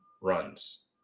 runs